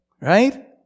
right